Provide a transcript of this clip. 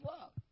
love